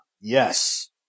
Yes